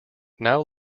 now